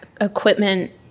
equipment